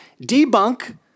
debunk